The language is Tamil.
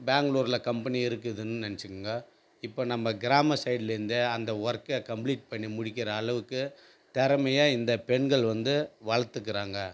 பெங்ளூரில் கம்பனி இருக்குதுன்னு நினச்சிக்குங்க இப்போ நம்ம கிராம சைடுலேந்து அந்த ஒர்க்கை கம்ப்ளீட் பண்ணி முடிக்கின்ற அளவுக்கு திறமைய இந்த பெண்கள் வந்து வளர்த்துக்குறாங்க